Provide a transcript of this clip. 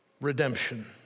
redemption